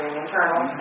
internal